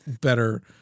better